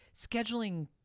scheduling